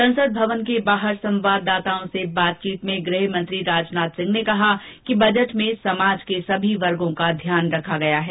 संसद भवन के बाहर संवाददाताओं से बातचीत में गृहमंत्री राजनाथ सिंह ने कहा कि बजट में समाज के सभी वर्गों का ध्यान रखा गया है